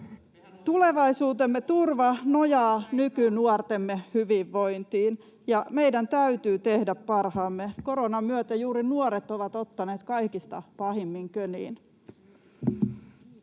Tulevaisuutemme turva nojaa nykynuortemme hyvinvointiin, ja meidän täytyy tehdä parhaamme. Koronan myötä juuri nuoret ovat ottaneet kaikista pahimmin köniin.